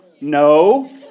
No